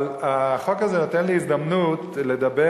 אבל החוק הזה נותן לי הזדמנות לדבר